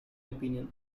opinion